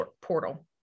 portal